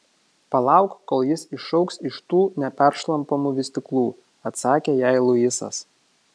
palauk kol jis išaugs iš tų neperšlampamų vystyklų atsakė jai luisas